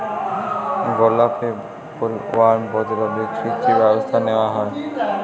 গোলাপী বোলওয়ার্ম প্রতিরোধে কী কী ব্যবস্থা নেওয়া হয়?